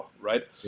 right